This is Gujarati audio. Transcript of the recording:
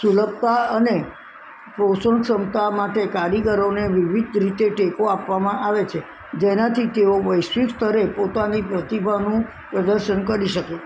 સુલભતા અને પોષણ ક્ષમતા માટે કારીગરોને વિવિધ રીતે ટેકો આપવામાં આવે છે જેનાથી તેઓ વૈશ્વિક સ્તરે પોતાની પ્રતિભાનું પ્રદર્શન કરી શકે